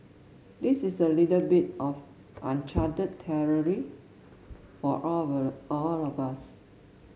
this is a little bit of uncharted territory for all of all of us